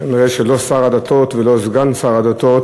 כנראה לא שר הדתות ולא סגן שר הדתות